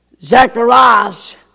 Zacharias